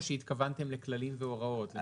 או שהתכוונתם לכללים והוראות?